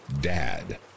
Dad